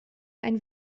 einen